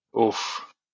Oof